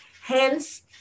Hence